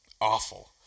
Awful